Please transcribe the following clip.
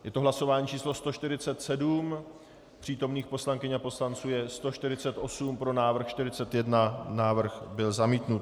Je to hlasování číslo 147, přítomných poslankyň a poslanců je 148, pro návrh 41, návrh byl zamítnut.